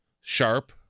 Sharp